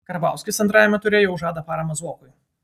karbauskis antrajame ture jau žada paramą zuokui